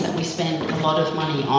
we spend a lot of money on,